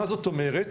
מה זאת אומרת?